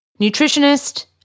nutritionist